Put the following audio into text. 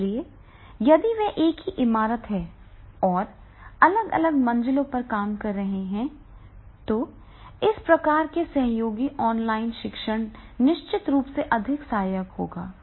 इसलिए यदि वे एक ही इमारत में हैं और अलग अलग मंजिलों पर काम कर रहे हैं और इस प्रकार का सहयोगी ऑनलाइन शिक्षण निश्चित रूप से अधिक सहायक होगा